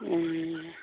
उम